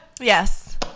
Yes